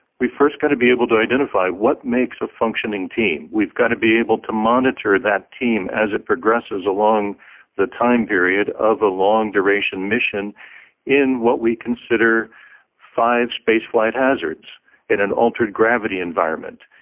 we've first got to be able to identify what makes a functioning team? we got to be able to monitor that team as it progresses along the time period of a long-duration mission in what we consider five spaceflight hazards in an altered gravity environment,